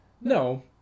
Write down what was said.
No